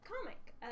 comic